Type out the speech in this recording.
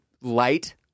light